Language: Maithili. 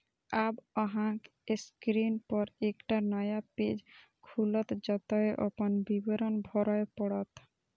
आब अहांक स्क्रीन पर एकटा नया पेज खुलत, जतय अपन विवरण भरय पड़त